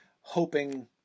hoping